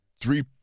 three